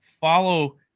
follow